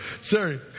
Sorry